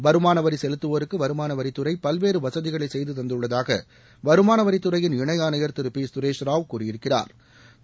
வருமானவரி செலுத்துவோருக்கு வருமானவரித் துறை பல்வேறு வசதிகளை செய்து தந்துள்ளதாக வருமானவரித் துறையின் இணை ஆணையா் திரு பி சுரேஷ் ராவ் கூறியிருக்கிறாா்